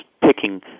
picking